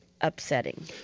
upsetting